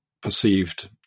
perceived